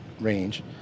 range